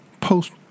post